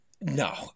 No